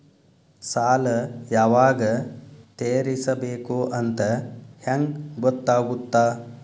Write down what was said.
ಸಾಲ ಯಾವಾಗ ತೇರಿಸಬೇಕು ಅಂತ ಹೆಂಗ್ ಗೊತ್ತಾಗುತ್ತಾ?